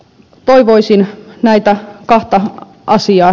toivoisin näitä kahta asiaa